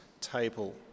table